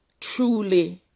truly